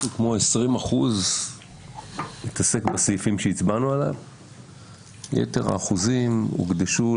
20 אחוזים התעסק בסעיפים שהצבענו עליהם ויתר האחוזים הוקדשו